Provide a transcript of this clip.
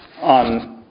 on